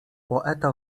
poeta